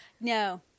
No